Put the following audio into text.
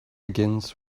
begins